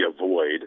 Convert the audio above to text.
avoid